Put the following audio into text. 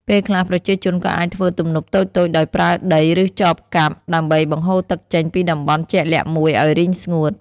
ពេលខ្លះ ប្រជាជនក៏អាចធ្វើទំនប់តូចៗដោយប្រើដី ឬចបកាប់ ដើម្បីបង្ហូរទឹកចេញពីតំបន់ជាក់លាក់មួយឲ្យរីងស្ងួត។